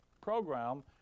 program